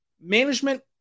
management